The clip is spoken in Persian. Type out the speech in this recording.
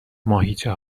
ماهیچه